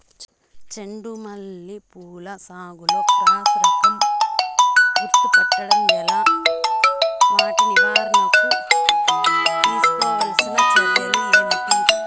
చెండు మల్లి పూల సాగులో క్రాస్ రకం గుర్తుపట్టడం ఎలా? వాటి నివారణకు తీసుకోవాల్సిన చర్యలు ఏంటి?